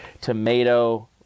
tomato